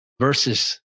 versus